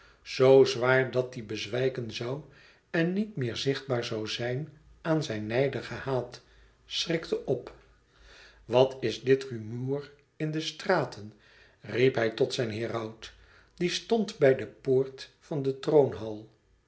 zo zwaar dat die bezwijken zoû en niet meer zichtbaar zoû zijn aan zijn nijdigen haat schrikte op wat is dit rumoer in de straten riep hij tot zijn heraut die stond bij de poort van den troonhal